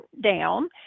down